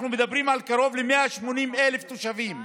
אנחנו מדברים על קרוב ל-180,000 תושבים,